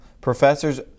professors